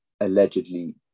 allegedly